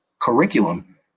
curriculum